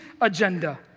agenda